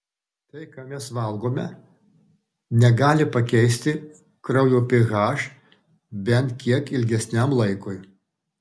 tai ką mes valgome negali pakeisti kraujo ph bent kiek ilgesniam laikui